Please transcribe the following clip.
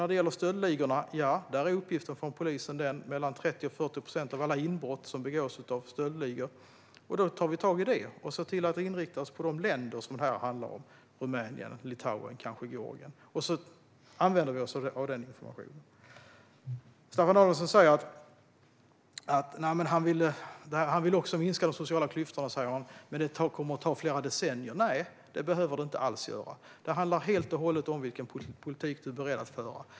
När det gäller stöldligorna visar uppgifterna från polisen att mellan 30 och 40 procent av alla inbrott begås av stöldligor. Då tar vi tag i det och ser till att inrikta oss på de länder detta handlar om: Rumänien, Litauen och kanske Georgien. På så vis använder vi oss av den informationen. Staffan Danielsson säger att också han vill minska de sociala klyftorna men att det kommer att ta flera decennier. Nej, det behöver det inte alls göra. Det handlar helt och hållet om vilken politik man är beredd att föra.